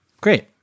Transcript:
Great